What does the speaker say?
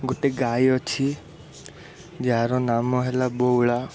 ଗୋଟେ ଗାଈ ଅଛି ଯାହାର ନାମ ହେଲା ବଉଳା